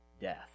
death